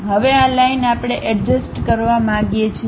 હવે આ લાઇન આપણે અડજસ્ત કરવા માંગીએ છીએ